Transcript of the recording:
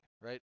right